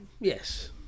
yes